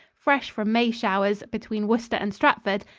fresh from may showers, between worcester and stratford,